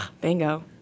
bingo